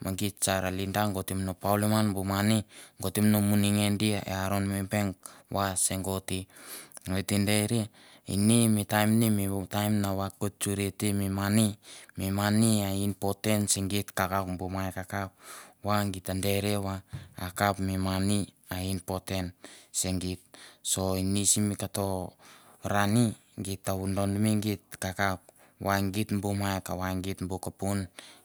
Mi geit sar lida go tem no paulim ngan bu mani, go tem no muninge dia i aron mi bank va se go te. I te derie ini mi taim ni mi taim na vakoit suri te mi mani, mi mani a important se geit kakauk bu mai kakauk va gi ta derie ba akap mi nani a important se geit. So imi sim koto ran i git ta vodonme geit kakauk va geit bu mai kava geit bu kopoin,